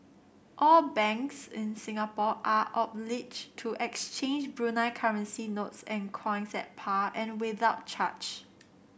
all banks in Singapore are obliged to exchange Brunei currency notes and coins at par and without charge